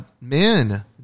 Men